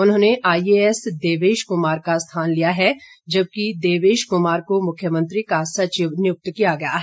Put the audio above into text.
उन्होंने I A S Devesh Kumar का स्थान लिया है जबकि देवेश कुमार मुख्यमंत्री का सचिव नियुक्ति किया गया है